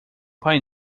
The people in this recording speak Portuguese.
pai